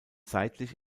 seitlich